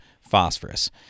phosphorus